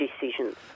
decisions